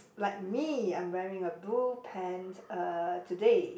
like me I'm wearing a blue pant uh today